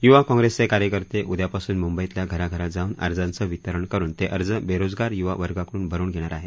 युवा काँग्रेसचे कार्यकर्ते उद्यापासून मुंबईतल्या घराघरात जाऊन अर्जांचं वितरण करून ते अर्ज बेरोजगार युवा वर्गाकडून भरून घेणार आहेत